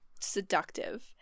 seductive